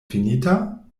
finita